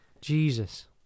Jesus